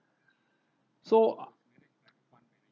so uh